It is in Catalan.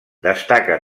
destaca